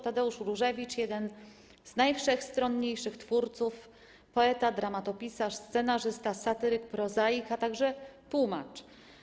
Tadeusz Różewicz, jeden z najwszechstronniejszych twórców, poeta, dramatopisarz, scenarzysta, satyryk, prozaik, a także tłumacz.